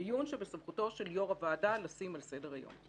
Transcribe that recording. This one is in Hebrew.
דיון שבסמכותו של יו"ר הוועדה לשים על סדר-היום.